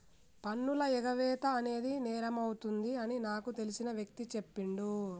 పన్నుల ఎగవేత అనేది నేరమవుతుంది అని నాకు తెలిసిన వ్యక్తి చెప్పిండు